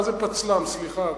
מה זה פצל"ם, סליחה.